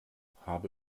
habe